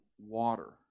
water